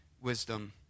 wisdom